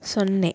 ಸೊನ್ನೆ